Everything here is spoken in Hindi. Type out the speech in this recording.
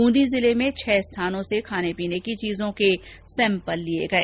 ब्रंदी जिले में छह स्थानों से खाने पीने की चीजों के सैम्पल लिए गए